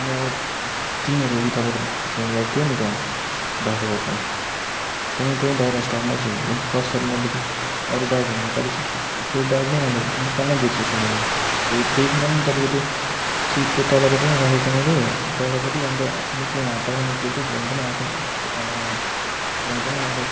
म तिनीहरू उही तपाईँले छोड्नु भएको थियो नि त्यहाँ बाग्रागोटमा त्यहीँ त्यहीँ बाहिर स्टपमै छु कसरी मैले अरू ब्यागहरू निकालेको छु त्यो ब्याग नै मैले निकाल्नै बिर्सेछु मैले देखिन पनि तपाईँको त्यो सिटको तलपट्टि नै राखेरहेको थिएँ मैले तल्लोपट्टि अन्त निस्कनु हतारमा निस्केको थिएँ फोन पनि आएको थियो फोन पनि मतलब